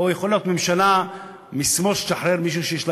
או יכולה ממשלה משמאל לשחרר מישהו שיש לה